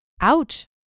Ouch